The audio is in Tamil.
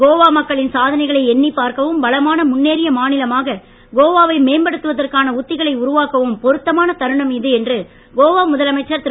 கோவா மக்களின் சாதனைகளை எண்ணிப் பார்க்கவும் வளமான முன்னேறிய மாநிலமாக கோவாவை மேம்படுத்துவதற்கான உத்திகளை உருவாக்கவும் பொருத்தமான தருணம் இது என்று கோவா முதலமைச்சர் திரு